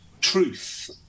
truth